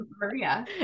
Maria